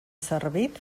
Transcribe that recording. servit